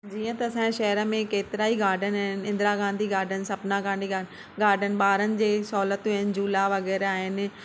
जीअं त असांजे शहर में केतिरा ई गार्डन आहिनि इंद्रा गांधी गार्डन सपना गांधी गार्डन ॿारनि जे सहुलियत आहिनि झूला वग़ैराह आहिनि